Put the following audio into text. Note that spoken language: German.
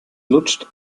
lutscht